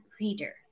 reader